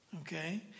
okay